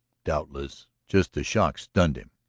doubtless just the shock stunned him.